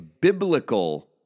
biblical